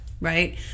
right